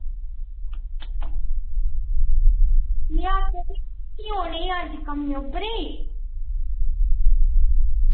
अज्ज कम्में उप्परै ई